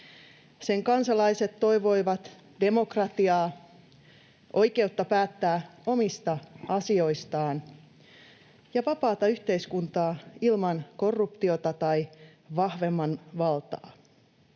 Sen kansalaiset toivoivat demokratiaa, oikeutta päättää omista asioistaan ja vapaata yhteiskuntaa ilman korruptiota tai vahvemman valtaa.